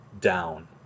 down